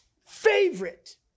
Favorite